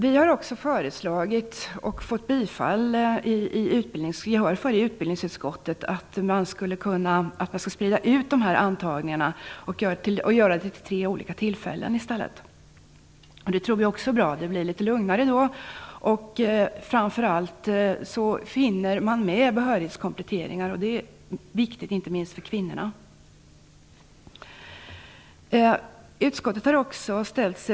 Vi har också föreslagit och utbildningsutskottet har tillstyrkt att antagningarna skall spridas ut på tre olika tillfällen. Vi tror att det är bra, därför att det blir litet lugnare. Framför allt hinner man med behörighetskompletteringar, och det är viktigt, inte minst för kvinnorna.